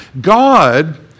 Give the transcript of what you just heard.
God